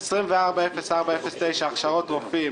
תוכנית 24-04-09: הכשרת רופאים